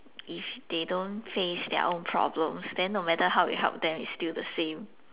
if they don't face their own problems then no matter how we help them it's still the same